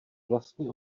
vlastní